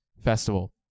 festival